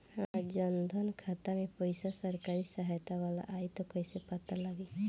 हमार जन धन खाता मे पईसा सरकारी सहायता वाला आई त कइसे पता लागी?